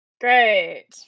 Great